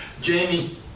Jamie